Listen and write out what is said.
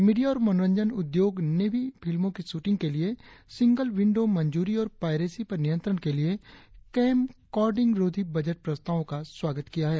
media और मनोरंजन उद्योग ने भी फिल्मो की शूटिंग के लिए सिंगल विंडो मंजूरी और पायरेसी पर नियत्रंण के लिए कैमकॉर्डिंग रोधी बजट प्रस्तावों का स्वागत किया है